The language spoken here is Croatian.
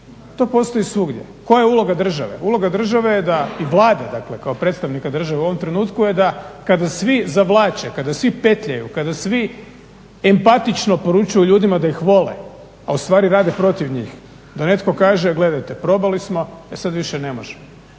to postoji svugdje. Koja je uloga države? Uloga države je i Vlade dakle kao predstavnika države u ovom trenutku je da kada svi zavlače, kada svi petljaju, kada svi empatično poručuju ljudima da ih vole a ustvari rade protiv njih. Da netko kaže, gledajte probali smo e sad više ne možemo.